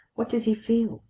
what did he feel?